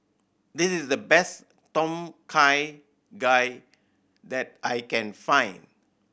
this is the best Tom Kha Gai that I can find